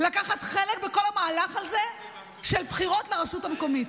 לקחת חלק בכל המהלך הזה של בחירות לרשות המקומית.